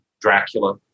Dracula